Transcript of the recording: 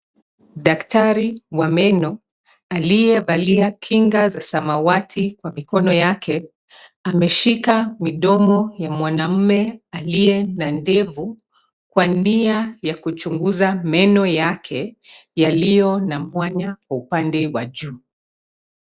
Daktari wa meno aliyevalia kinga za samawati kwa mikono yake. Ameshika midomo ya mwanamume aliye na ndevu kwa nia ya kuchunguza meno yake yaliyo na mwanya upande wa juu.